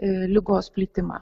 ligos plitimą